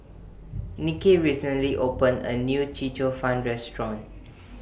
Nicky recently opened A New Chee Cheong Fun Restaurant